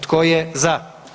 Tko je za?